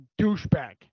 douchebag